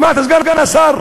שמעת, סגן השר,